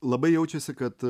labai jaučiasi kad